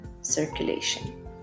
circulation